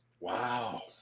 Wow